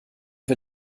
wir